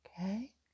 Okay